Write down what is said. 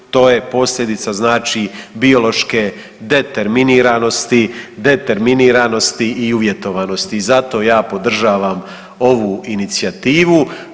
To je posljedica znači biološke determiniranosti, determiniranosti i uvjetovanosti i zato ja podržavam ovu inicijativu.